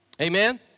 amen